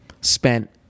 spent